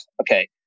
okay